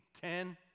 ten